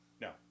no